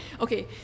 Okay